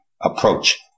approach